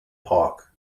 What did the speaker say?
park